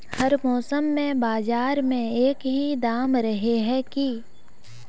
हर मौसम में बाजार में एक ही दाम रहे है की?